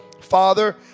father